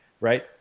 Right